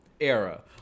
Era